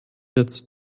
jetzt